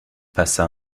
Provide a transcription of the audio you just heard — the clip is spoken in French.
passa